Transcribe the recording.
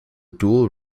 dual